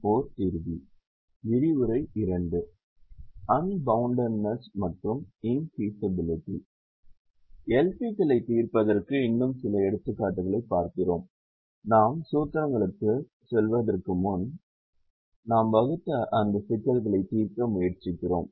LP களைத் தீர்ப்பதற்கு இன்னும் சில எடுத்துக்காட்டுகளைப் பார்க்கிறோம் நாம் சூத்திரங்களுக்குச் செல்வதற்கு முன் நாம் வகுத்த அந்த சிக்கல்களைத் தீர்க்க முயற்சிக்கிறோம்